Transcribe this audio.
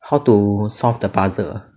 how to solve the puzzle